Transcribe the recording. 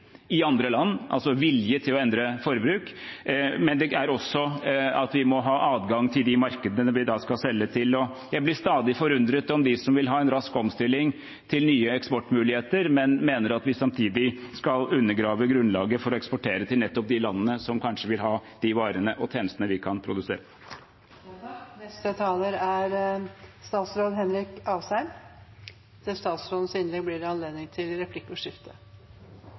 i andre land, altså vilje til å endre forbruk, men det er også at vi må ha adgang til de markedene vi skal selge til. Og jeg blir stadig forundret av dem som vil ha en rask omstilling til nye eksportmuligheter, men mener at vi samtidig skal undergrave grunnlaget for å eksportere til nettopp de landene som kanskje vil ha de varene og tjenestene vi kan produsere. Statsråd Henrik Asheim [13:54:12]: Når denne sommeren er over, blir det